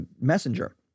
messenger